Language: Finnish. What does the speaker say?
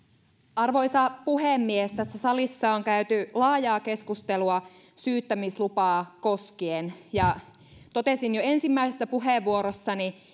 arvoisa puhemies tässä salissa on käyty laajaa keskustelua syyttämislupaa koskien ja totesin jo ensimmäisessä puheenvuorossani